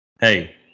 Hey